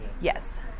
yes